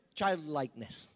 childlikeness